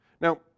Now